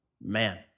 man